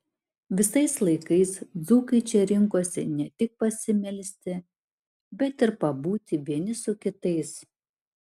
visais laikais dzūkai čia rinkosi ne tik pasimelsti bet ir pabūti vieni su kitais